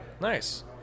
Nice